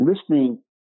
Listening